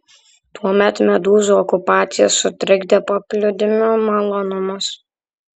tuomet medūzų okupacija sutrikdė paplūdimio malonumus